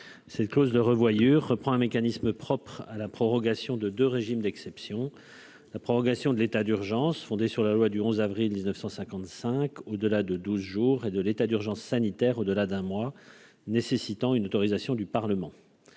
une clause de revoyure reprend un mécanisme propre à la prorogation de de régimes d'exception, la prorogation de l'état d'urgence, fondée sur la loi du 11 avril 1955 ou de la, de 12 jours et de l'état d'urgence sanitaire, au-delà d'un mois, nécessitant une autorisation du Parlement